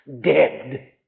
Dead